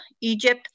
Egypt